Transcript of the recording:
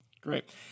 Great